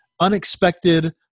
unexpected